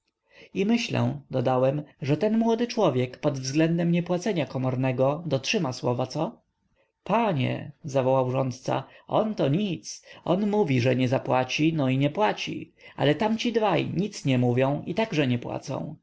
i myślę dodałem że ten młody człowiek pod względem niepłacenia komornego dotrzyma słowa co panie zawołał rządca on to nic on mówi że nie zapłaci no i nie płaci ale tamci dwaj nic nie mówią i także nie płacą